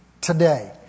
today